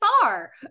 far